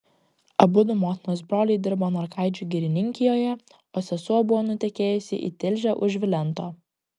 abudu motinos broliai dirbo norkaičių girininkijoje o sesuo buvo nutekėjusi į tilžę už vilento